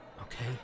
okay